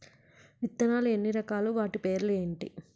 విత్తనాలు ఎన్ని రకాలు, వాటి పేర్లు ఏంటి?